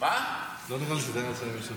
לא נראה לי שזה היה על שם מישהו.